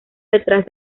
detrás